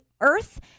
Earth